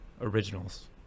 originals